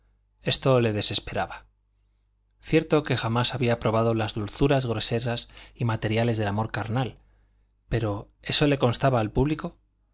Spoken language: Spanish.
esto le desesperaba cierto que jamás había probado las dulzuras groseras y materiales del amor carnal pero eso le constaba al público